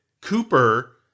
Cooper